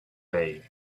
bay